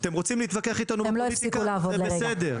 אתם רוצים להתווכח איתנו על הפוליטיקה זה בסדר.